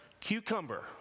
Cucumber